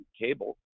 cable